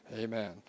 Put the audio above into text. Amen